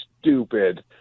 stupid